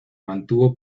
mantuvo